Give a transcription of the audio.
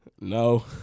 No